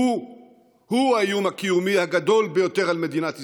הוא-הוא האיום הקיומי הגדול ביותר על מדינת ישראל.